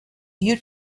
you